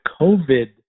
COVID